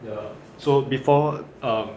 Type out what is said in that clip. ya lah so before um